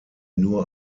nur